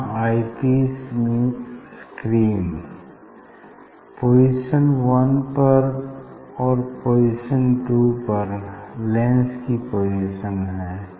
यहाँ eye piece means screen position one पर और पोजीशन टू पर लेंस की पोजीशन है